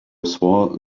swore